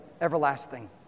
everlasting